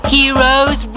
Heroes